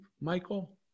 Michael